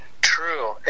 True